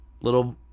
little